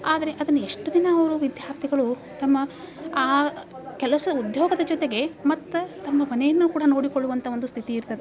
ಆದರೆ ಅದನ್ನ ಎಷ್ಟು ದಿನ ಅವರು ವಿದ್ಯಾರ್ಥಿಗಳು ತಮ್ಮ ಆ ಕೆಲಸ ಉದ್ಯೋಗದ ಜೊತೆಗೆ ಮತ್ತ ತಮ್ಮ ಮನೆಯನ್ನು ಕೂಡ ನೋಡಿಕೊಳ್ಳುವಂಥ ಒಂದು ಸ್ಥಿತಿ ಇರ್ತದೆ